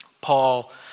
Paul